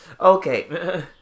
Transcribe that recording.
okay